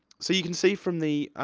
so you can see from the,